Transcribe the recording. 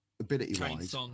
Ability-wise